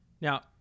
Now